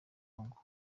lungu